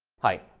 hi,